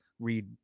read